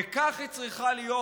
וכך היא צריכה להיות,